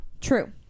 True